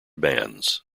bands